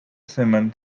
simon